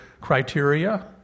criteria